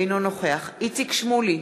אינו נוכח איציק שמולי,